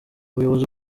ubuyobozi